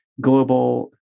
global